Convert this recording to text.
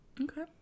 Okay